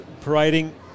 parading